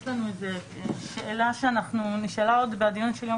יש לנו שאלה שנשאלה בדיונים של יום